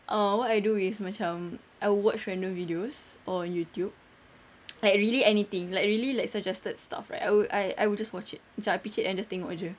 uh what I do is macam I would watch rental videos on youtube like really anything like really like suggested stuff right I would I will just watch it macam I picit and just tengok jer